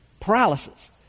paralysis